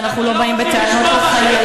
שאנחנו לא באים בטענות לחיילים.